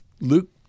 Luke